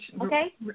okay